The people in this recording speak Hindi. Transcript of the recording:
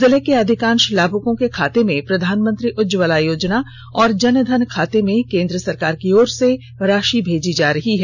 जिले के अधिकांष लाभुकों के खाते में प्रधानमंत्री उज्जवला योजना और जन धन खाते में केन्द्र सरकार की ओर से राषि भेजी जा रही है